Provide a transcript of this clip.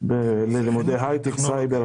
לגבי לימודי היי-טק וסייבר.